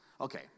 Okay